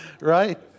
Right